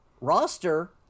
roster